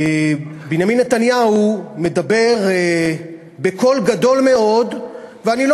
בנימין נתניהו מדבר בקול גדול מאוד ואני לא